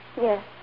Yes